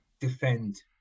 Defend